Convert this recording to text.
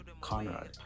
Conrad